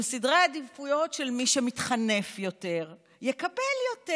הם סדרי עדיפויות שמי שמתחנף יותר יקבל יותר,